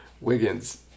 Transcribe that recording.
Wiggins